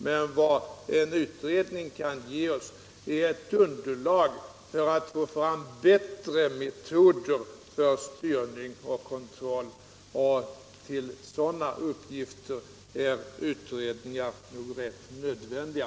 Men vad en utredning kan ge oss är ett underlag för att få fram bättre metoder för styrning och kontroll. För sådana uppgifter är utredningar nog rätt nödvändiga.